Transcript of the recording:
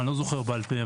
אני לא זוכר בעל פה.